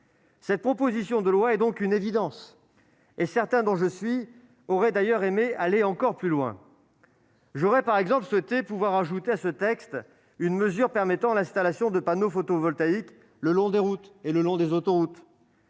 Cette proposition de loi est donc une évidence et certains, dont je suis, auraient d'ailleurs aimé aller encore plus loin. J'aurais par exemple souhaité pouvoir ajouter à ce texte une mesure permettant l'installation de panneaux photovoltaïques le long des routes et le long des autoroutes.